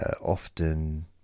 often